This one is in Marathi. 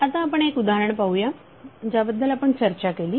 आता आपण एक उदाहरण पाहूया ज्याबद्दल आपण चर्चा केली